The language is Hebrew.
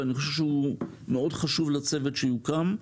ואני חושב שהוא מאוד חשוב לצוות שיוקם,